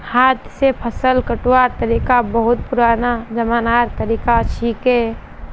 हाथ स फसल कटवार तरिका बहुत पुरना जमानार तरीका छिके